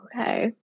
okay